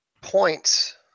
points